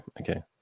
okay